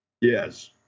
Yes